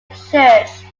church